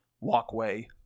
walkway